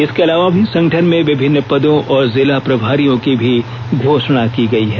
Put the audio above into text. इसके अलावा भी संगठन में विभिन्न पदों और जिला प्रभारियों की भी घोषणा की गई है